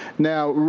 now,